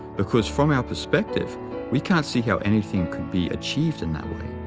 because from our perspective we can't see how anything could be achieved in that way.